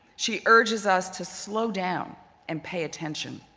she urges us to slow down and pay attention.